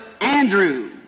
Andrew